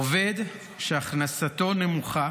עובד שהכנסתו נמוכה